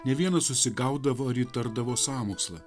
ne vienas užsigaudavo ir įtardavo sąmokslą